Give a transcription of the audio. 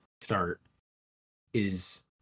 start—is